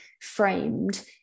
framed